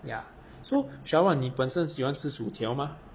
ya so shower 你本身喜欢吃薯条吗